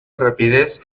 rapidez